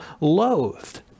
loathed